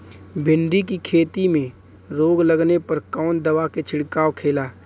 भिंडी की खेती में रोग लगने पर कौन दवा के छिड़काव खेला?